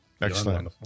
Excellent